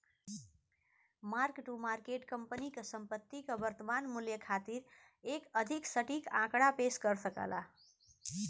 mark to market company क संपत्ति क वर्तमान मूल्य खातिर एक अधिक सटीक आंकड़ा पेश कर सकला